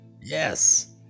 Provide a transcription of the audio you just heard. Yes